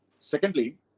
Secondly